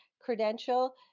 credential